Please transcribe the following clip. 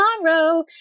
tomorrow